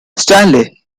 stanley